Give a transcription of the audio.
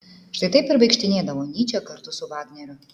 štai taip ir vaikštinėdavo nyčė kartu su vagneriu